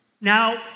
Now